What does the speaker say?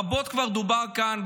רבות כבר דובר כאן,